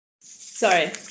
Sorry